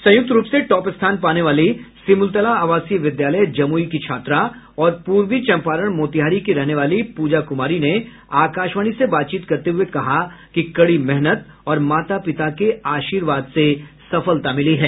संयुक्त रूप से टॉप स्थान पाने वाली सिमुलतला आवासीय विद्यालय जमुई की छात्रा और पूर्वी चंपारण मोतिहारी की रहने वाली पूजा कुमारी ने आकाशवाणी से बातचीत करते हुए कहा कि कड़ी मेहनत और माता पिता के आर्शीवाद से सफलता मिली है